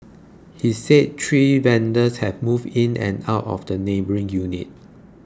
he said three vendors had moved in and out of the neighbouring unit